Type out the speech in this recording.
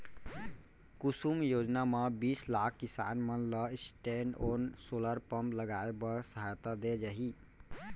कुसुम योजना म बीस लाख किसान मन ल स्टैंडओन सोलर पंप लगाए बर सहायता दे जाही